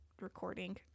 recording